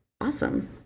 awesome